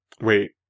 Wait